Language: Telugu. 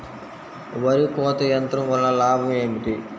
వరి కోత యంత్రం వలన లాభం ఏమిటి?